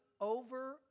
over